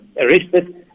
arrested